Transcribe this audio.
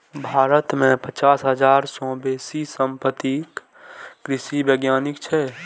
भारत मे पचास हजार सं बेसी समर्पित कृषि वैज्ञानिक छै